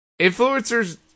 Influencers